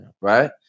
right